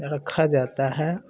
रखा जाता है